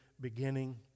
beginning